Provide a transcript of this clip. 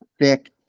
thick